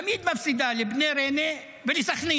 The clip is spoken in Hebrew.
תמיד מפסידה לבני ריינה ולסח'נין?